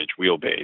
wheelbase